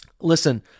listen